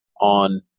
on